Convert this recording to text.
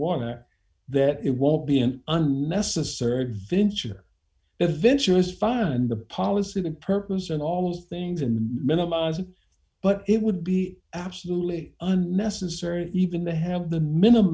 that that it won't be an unnecessary venture eventually is find the policy the purpose and all things and minimize it but it would be absolutely unnecessary even the have the minimum